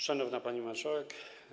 Szanowna Pani Marszałek!